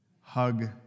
hug